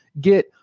get